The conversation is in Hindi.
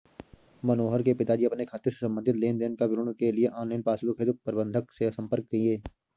मनोहर के पिताजी अपने खाते से संबंधित लेन देन का विवरण के लिए ऑनलाइन पासबुक हेतु प्रबंधक से संपर्क किए